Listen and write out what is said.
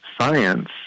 science